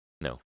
No